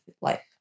life